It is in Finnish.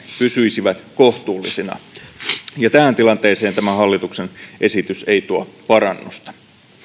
pysyisivät kohtuullisina tähän tilanteeseen tämä hallituksen esitys ei tuo parannusta